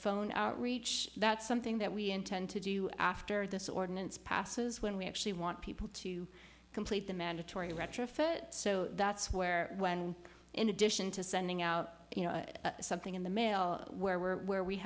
phone outreach that's something that we intend to do after this ordinance passes when we actually want people to complete the mandatory retrofit so that's where in addition to sending out you know something in the mail where we're where we